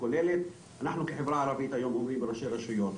אנחנו כחברה ערבית עומדים בראשי רשויות.